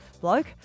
bloke